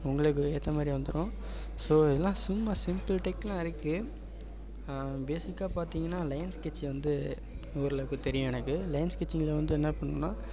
உங்களுக்கு ஏற்ற மாதிரி வந்துடும் ஸோ எல்லாம் சும்மா சிம்பிள் டெக்லாம் இருக்குது பேசிக்காக பார்த்தீங்கன்னா லைன் ஸ்கெட்ச்சு வந்து ஓரளவுக்குத் தெரியும் எனக்கு லைன் ஸ்கெட்ச்சுங்கிறது வந்து என்ன பண்ணணும்ன்னா